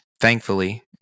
Thankfully